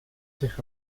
zich